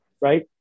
Right